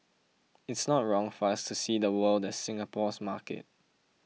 it's not wrong for us to see the world as Singapore's market